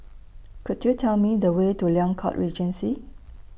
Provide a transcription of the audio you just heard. Could YOU Tell Me The Way to Liang Court Regency